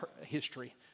history